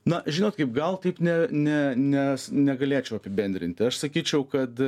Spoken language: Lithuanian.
na žinot kaip gal taip ne ne nes negalėčiau apibendrinti aš sakyčiau kad